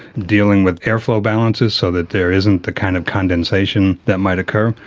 dealing with airflow balances so that there isn't the kind of condensation that might occur,